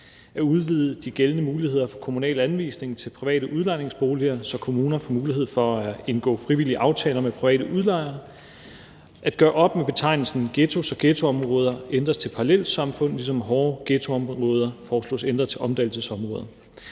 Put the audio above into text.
at udvide de gældende muligheder for kommunal anvisning til private udlejningsboliger, så kommunerne får mulighed for at indgå frivillige aftaler med private udlejere, at gøre op med betegnelsen ghetto, så »ghettoområder« ændres til »parallelsamfund«, ligesom »hårde ghettoområder« foreslås ændret til »omdannelsesområder«.